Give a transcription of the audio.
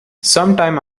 sometime